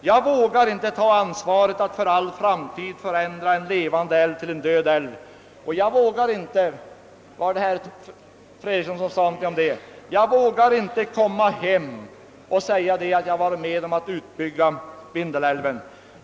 Jag vågar inte ta ansvaret att för all framtid förvandla en levande älv till en död älv, och jag vågar inte — jag tror det var herr Fredriksson som sade någonting om detta — komma hem och säga att jag har varit med om att besluta en utbyggnad av Vindelälven.